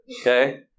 Okay